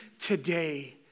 today